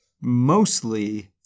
mostly